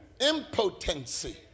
impotency